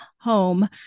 home